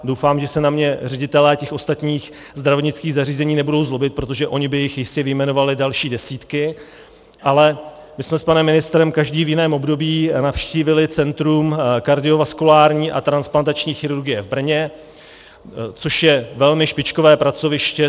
Doufám, že se na mě ředitelé těch ostatních zdravotnických zařízení nebudou zlobit, protože oni by jich jistě vyjmenovali další desítky, ale my jsme s panem ministrem každý v jiném období navštívili Centrum kardiovaskulární a transplantační chirurgie v Brně, což je velmi špičkové pracoviště.